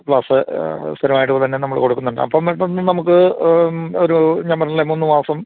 class സ്ഥിരമായിട്ട് പോലെ തന്നെ നമ്മള് കൊടുക്കുന്നുണ്ട് അപ്പോള് ഇപ്പോള് നമുക്ക് ഒരു ഞാന് പറഞ്ഞില്ലേ മൂന്നു മാസം